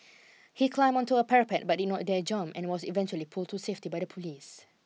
he climbed onto a parapet but did not dare jump and was eventually pulled to safety by the police